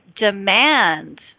demand